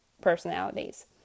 personalities